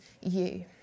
you